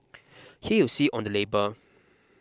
here you see on the label